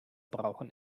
brauchen